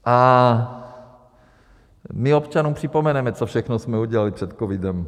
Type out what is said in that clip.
A my občanům připomeneme, co všechno jsme udělali před covidem.